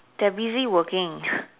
they're busy working